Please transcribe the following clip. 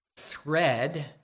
thread